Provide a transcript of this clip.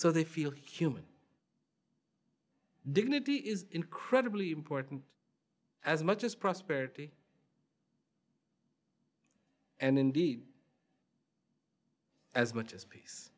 so they feel human dignity is incredibly important as much as prosperity and indeed as much as peace